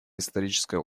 историческая